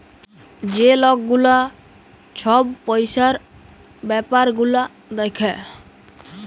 যে লক গুলা ছব পইসার ব্যাপার গুলা দ্যাখে